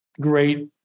great